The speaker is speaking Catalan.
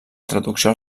traducció